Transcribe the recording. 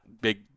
big